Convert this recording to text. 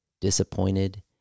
disappointed